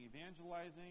evangelizing